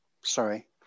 Sorry